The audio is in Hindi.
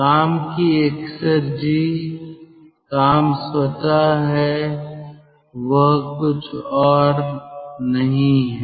काम की एक्सेरजी काम स्वतः है वह कुछ और नहीं है